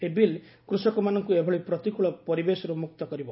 ଏହି ବିଲ୍ କୃଷକମାନଙ୍କୁ ଏଭଳି ପ୍ରତିକୂଳ ପରିବେଶରୁ ମୁକ୍ତ କରିବ